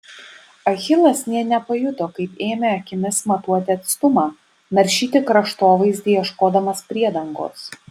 achilas nė nepajuto kaip ėmė akimis matuoti atstumą naršyti kraštovaizdį ieškodamas priedangos